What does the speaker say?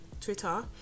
Twitter